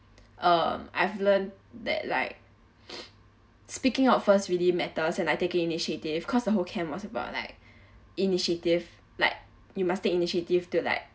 um I've learned that like speaking out first really matters and are taking initiative cause the whole camp was about like initiative like you must take initiative to like